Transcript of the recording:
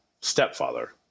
stepfather